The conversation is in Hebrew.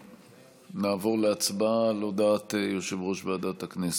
ונעבור להצבעה על הודעת יושב-ראש ועדת הכנסת.